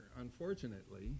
unfortunately